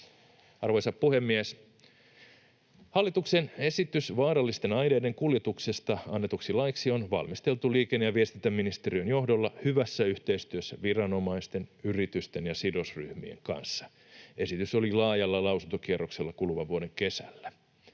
Arvoisa puhemies! Hallituksen esitys vaarallisten aineiden kuljetuksesta annetuksi laiksi on valmisteltu liikenne- ja viestintäministeriön johdolla hyvässä yhteistyössä viranomaisten, yritysten ja sidosryhmien kanssa. Esitys oli laajalla lausuntokierroksella kuluvan vuoden kesällä.